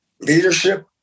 leadership